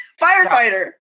firefighter